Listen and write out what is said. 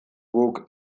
guk